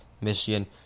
Michigan